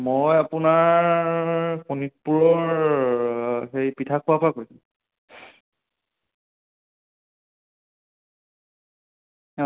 মই আপোনাৰ শোণিতপুৰৰ হেৰি পিঠাখোৱাৰ পৰা কৈছোঁ